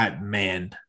man